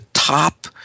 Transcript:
top